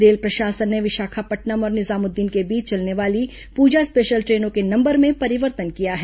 rail प्रशासन ने विशाखापट्नम और निजामुद्दीन के बीच चलने वाले पूजा स्पेशल ट्रेनों के नंबर में परिवर्तन किया है